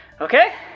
Okay